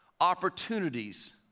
opportunities